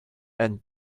and